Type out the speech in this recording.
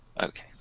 Okay